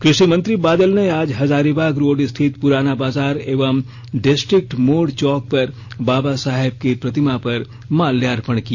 कृषि मंत्री बादल ने आज हजारीबाग रोड स्थित पुराना बाजार एवं डिस्ट्रिक्ट मोड़ चौक पर बाबा साहेब की प्रतिमा पर माल्यार्पण किया